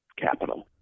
capital